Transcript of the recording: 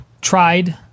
tried